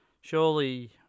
surely